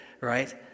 right